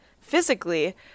Physically